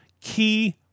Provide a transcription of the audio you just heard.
key